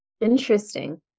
Interesting